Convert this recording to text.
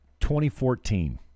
2014